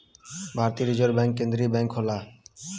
भारतीय reserve bank केन्द्रीय bank होला